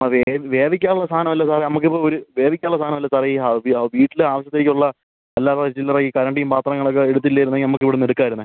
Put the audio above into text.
ആ വേവിക്കാനുള്ള സാധനം അല്ല സാറേ നമ്മൾക്ക് ഇപ്പോൾ ഒരു വേവിക്കാനുള്ള സാധനം അല്ല സാറേ വീട്ടിലെ ആവശ്യത്തേക്കുള്ള അല്ലറ ചില്ലറ ഈ കരണ്ടിയും പാത്രങ്ങളൊക്കെ എടുത്തില്ലായിരുന്നെങ്കിൽ നമ്മൾക്ക് ഇവിടെ നിന്ന് എടുക്കാമായിരുന്നു